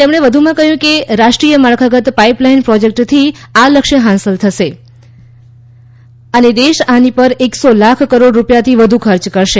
તેમણે કહ્યું કે રાષ્ટ્રીય માળખાગત પાઇપલાઇન પ્રોજેક્ટથી આ લક્ષ્ય હાંસલ થશે અને દેશ આની પર એક સો લાખ કરોડ રૂપિયાથી વધુ ખર્ચ કરશે